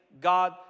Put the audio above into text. God